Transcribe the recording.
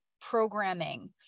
programming